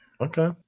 Okay